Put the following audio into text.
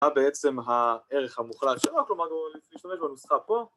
‫הייתה בעצם הערך המוחלט ‫שאנחנו למדנו להשתמש בנוסחה פה.